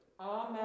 Amen